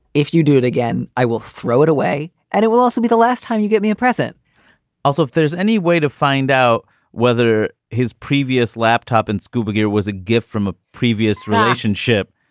if you do it again, i will throw it away. and it will also be the last time you get me a present also. there's any way to find out whether his previous laptop and scuba gear was a gift from a previous relationship.